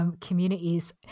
communities